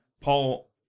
Paul